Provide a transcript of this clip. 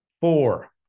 four